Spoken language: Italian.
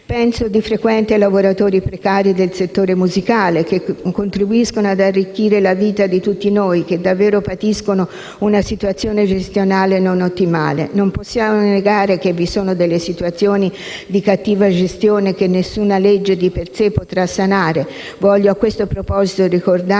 Penso di frequente ai lavoratori precari del settore musicale, che contribuiscono ad arricchire la vita di tutti noi e che davvero patiscono una situazione gestionale non ottimale. Non possiamo negare che vi sono situazione di cattiva gestione che nessuna legge, di per sé, potrà sanare. Voglio, a questo proposito, ricordare